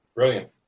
Brilliant